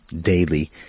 daily